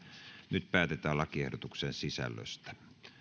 nyt päätetään lakiehdotuksen sisällöstä